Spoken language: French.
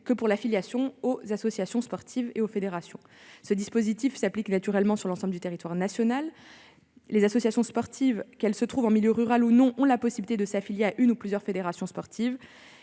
que pour l'affiliation aux associations sportives et aux fédérations. Ce dispositif s'applique naturellement sur l'ensemble du territoire national. Les associations sportives, qu'elles se trouvent en milieu rural ou non, ont la possibilité de s'affilier à une ou plusieurs fédérations sportives